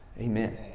Amen